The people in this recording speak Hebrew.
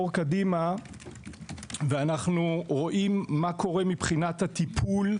אנחנו רואים מה קורה מבחינת הטיפול,